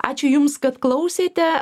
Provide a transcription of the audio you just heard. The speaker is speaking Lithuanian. ačiū jums kad klausėte